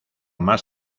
más